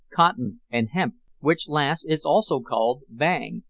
cotton, and hemp, which last is also called bang,